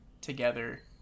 together